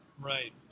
Right